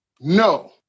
No